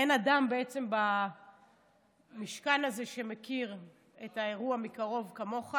אין אדם בעצם במשכן הזה שמכיר את האירוע מקרוב כמוך.